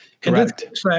Correct